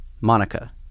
Monica